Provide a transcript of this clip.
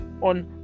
on